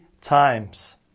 times